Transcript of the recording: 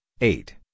eight